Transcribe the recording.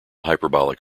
hyperbolic